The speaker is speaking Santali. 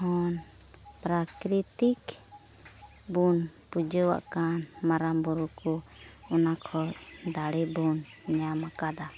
ᱦᱚᱸ ᱯᱨᱟᱠᱨᱤᱛᱤᱠ ᱵᱚᱱ ᱯᱩᱡᱟᱹᱣᱟᱜ ᱠᱟᱱ ᱢᱟᱨᱟᱝ ᱵᱩᱨᱩ ᱠᱚ ᱚᱱᱟ ᱠᱷᱚᱡ ᱫᱟᱲᱮ ᱵᱚᱱ ᱧᱟᱢ ᱠᱟᱫᱟ